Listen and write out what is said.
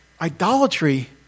Idolatry